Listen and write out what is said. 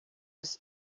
his